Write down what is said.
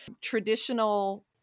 traditional